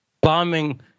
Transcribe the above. bombing